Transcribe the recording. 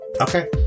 Okay